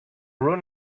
run